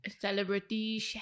celebrity